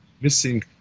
missing